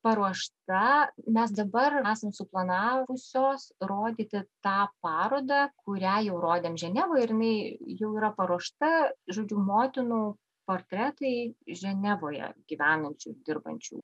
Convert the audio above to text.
paruošta mes dabar esam suplanavusios rodyti tą parodą kurią jau rodėm ženevoj ir jinai jau yra paruošta žodžiu motinų portretai ženevoje gyvenančių dirbančių